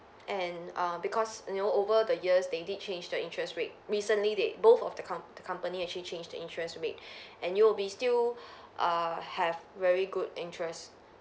and err because you know over the years they did change the interest rate recently they both of the com~ the company actually changed the interest rate and U_O_B still err have very good interest